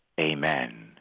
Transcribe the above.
Amen